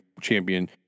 champion